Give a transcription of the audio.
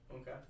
Okay